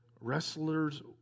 Wrestlers